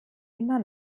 immer